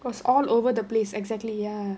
it was all over the place exactly ya